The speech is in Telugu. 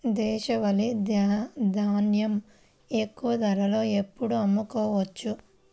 దేశవాలి ధాన్యం ఎక్కువ ధరలో ఎప్పుడు అమ్ముకోవచ్చు?